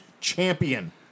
champion